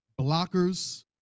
blockers